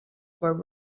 were